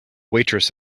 waitress